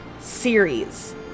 series